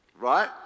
Right